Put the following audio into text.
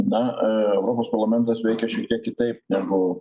na europos parlamentas veikia šiek tiek kitaip negu